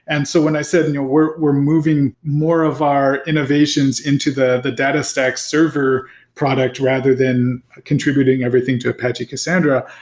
and so when i said and we're we're moving more of our innovations into the the datastax server product rather than contributing everything to apache cassandra.